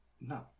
No